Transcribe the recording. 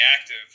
active